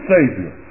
Savior